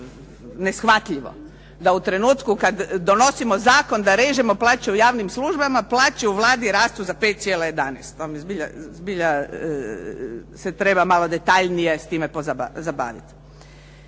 neshvatljivo da u trenutku kad donosimo zakon da režemo plaće u javnim službama, plaće u Vladi rastu za 5,11. To mi zbilja se treba malo detaljnije s time zabaviti.